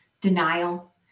denial